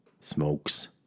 smokes